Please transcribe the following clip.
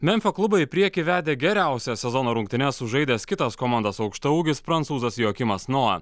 memfio klubą į priekį vedė geriausias sezono rungtynes sužaidęs kitas komandos aukštaūgis prancūzas joakimas noa